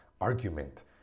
argument